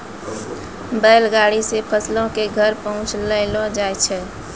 बैल गाड़ी से फसलो के घर पहुँचैलो जाय रहै